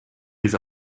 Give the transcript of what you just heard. his